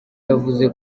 yavuze